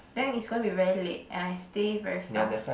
then is going to be very late and I stay very far